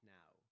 now